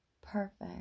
perfect